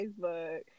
facebook